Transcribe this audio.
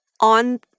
on